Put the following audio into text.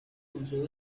consejo